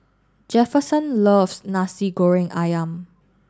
Jefferson loves Nasi Goreng Ayam